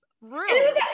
room